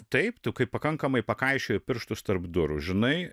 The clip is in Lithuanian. taip tu kai pakankamai pakaišioji pirštus tarp durų žinai